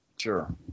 Sure